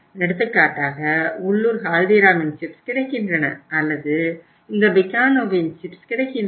எடுத்துக்காட்டாக உள்ளூர் Haldiramன் சிப்ஸ் கிடைக்கின்றன அல்லது இந்த Bikanoவின் சிப்ஸ் கிடைக்கின்றன